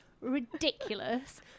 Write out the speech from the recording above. ridiculous